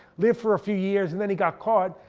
lived for a few years, and then he got caught.